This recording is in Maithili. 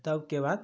तबके बाद